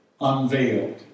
unveiled